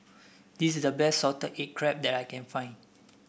this is the best Salted Egg Crab that I can find